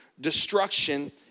destruction